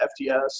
FTS